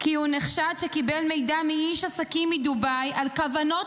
כי הוא נחשד שקיבל מידע מאיש עסקים מדובאי על כוונות